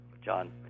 John